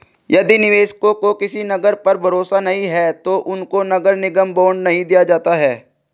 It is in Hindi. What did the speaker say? यदि निवेशकों को किसी नगर पर भरोसा नहीं है तो उनको नगर निगम बॉन्ड नहीं दिया जाता है